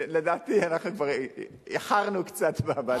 לדעתי, אנחנו כבר איחרנו קצת בסיפור הזה.